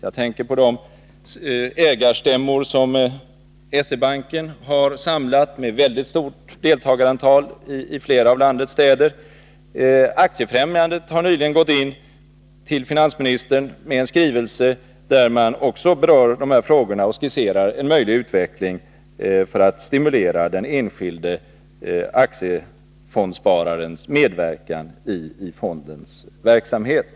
Jag tänker på de ägarstämmor som SE-banken har samlat med väldigt stort deltagarantal i flera av landets städer. Aktiefrämjandet har nyligen gått in till finansministern med en skrivelse där man också berör de här frågorna och skisserar en möjlig utveckling för att stimulera den enskilde aktiefondsspararens medverkan i fondens verksamhet.